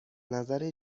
نظر